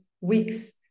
weeks